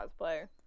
cosplay